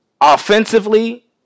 offensively